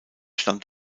stand